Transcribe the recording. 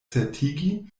certigi